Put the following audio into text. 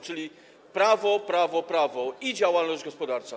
Czyli prawo, prawo, prawo i działalność gospodarcza.